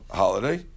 holiday